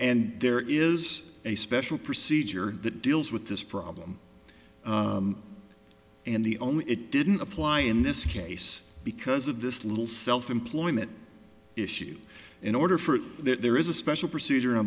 and there is a special procedure that deals with this problem and the only it didn't apply in this case because of this little self employment issue in order for there is a special procedure